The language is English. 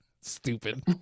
stupid